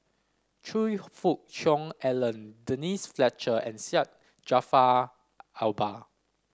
Choe Fook Cheong Alan Denise Fletcher and Syed Jaafar Albar